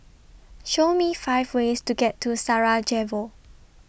Show Me five ways to get to Sarajevo